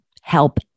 help